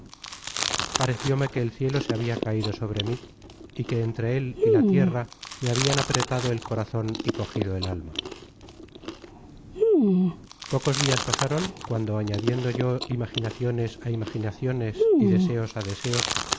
uno parecióme que el cielo se habia caido sobre mí y que entre él y la tierra me habian apretado el corazon y cogido el alma content from google book search generated at pocos dias pasaron cuando añadiendo yo imaginaciones á imaginaciones y deseos á deseos